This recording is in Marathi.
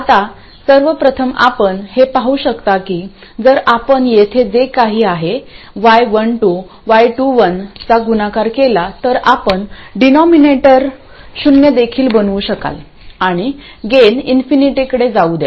आता सर्वप्रथम आपण हे पाहू शकता की जर आपण येथे जे काही आहे y12 y21 चा गुणाकार केला तर आपण डीनोमिनेटर शून्य देखील बनवू शकाल आणि गेन इन्फिनिटीकडे जाऊ द्या